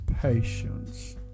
patience